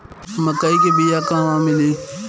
मक्कई के बिया क़हवा मिली?